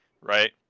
right